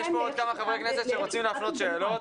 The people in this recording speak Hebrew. יש פה עוד כמה חברי כנסת שרוצים להפנות שאלות.